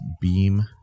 BEAM